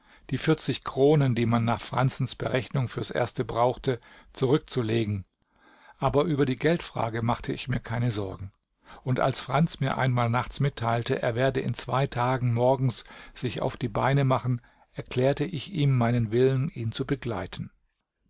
die vierzig kronen die man nach franzens berechnung fürs erste brauchte zurückzulegen aber über die geldfrage machte ich mir keine sorgen und als franz mir einmal nachts mitteilte er werde in zwei tagen morgens sich auf die beine machen erklärte ich ihm meinen willen ihn zu begleiten